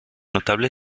notable